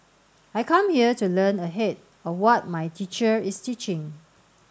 I come here to learn ahead of what my teacher is teaching